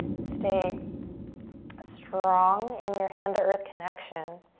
stay strong in your hand to earth connection.